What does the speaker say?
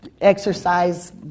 exercise